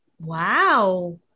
Wow